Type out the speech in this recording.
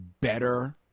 better